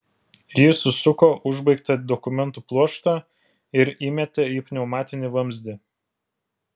jis susuko užbaigtą dokumentų pluoštą ir įmetė į pneumatinį vamzdį